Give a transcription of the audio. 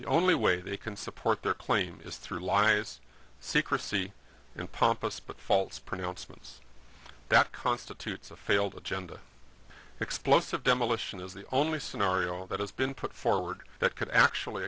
the only way they can support their claim is through lies secrecy and pompous but false pronouncements that constitutes a failed agenda explosive demolition is the only scenario that has been put forward that could actually